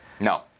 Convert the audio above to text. No